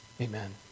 Amen